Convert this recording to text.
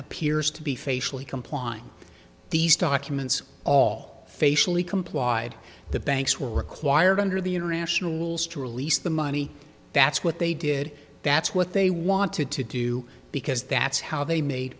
appears to be facially compline these documents all facially complied the banks were required under the international rules to release the money that's what they did that's what they wanted to do because that's how they made